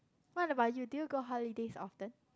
what about you do you go holidays often